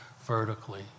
vertically